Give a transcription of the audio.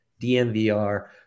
DMVR